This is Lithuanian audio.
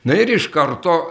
na ir iš karto